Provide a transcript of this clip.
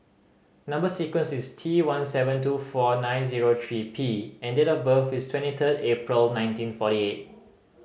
number sequence is T one seven two four nine zero three P and date of birth is twenty third April nineteen forty eight